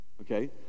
Okay